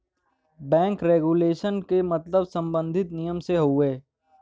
bank regulation क मतलब bank सम्बन्धी नियम से हउवे